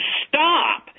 stop